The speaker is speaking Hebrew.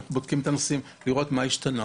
ואנחנו בודקים את הנושאים כדי לראות מה השתנה.